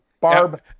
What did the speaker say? Barb